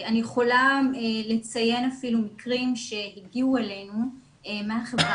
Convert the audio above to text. אני יכולה לציין אפילו מקרים שהגיעו אלינו מהחברה